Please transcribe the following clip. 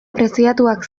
preziatuak